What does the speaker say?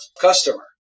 customer